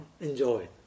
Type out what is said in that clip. enjoy